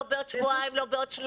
לא בעוד שבועיים,